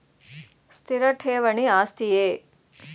ಸ್ಥಿರ ಠೇವಣಿ ಆಸ್ತಿಯೇ?